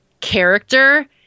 character